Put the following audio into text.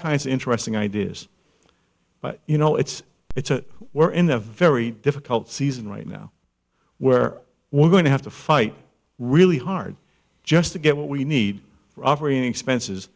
kinds of interesting ideas but you know it's it's a we're in a very difficult season right now where we're going to have to fight really hard just to get what we need offering expenses